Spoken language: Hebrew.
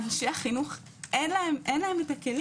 אבל החינוך, אין להם הכלים.